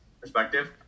perspective